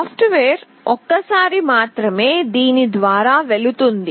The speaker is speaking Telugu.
సాఫ్ట్వేర్ ఒక్కసారి మాత్రమే దీని ద్వారా వెళుతుంది